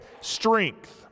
strength